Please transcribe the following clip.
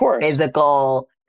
physical